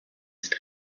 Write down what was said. ist